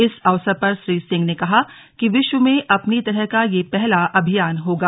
इस अवसर पर श्री सिंह ने कहा कि विश्व में अपनी तरह का यह पहला अभियान होगा